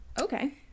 Okay